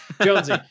Jonesy